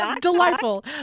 delightful